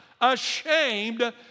ashamed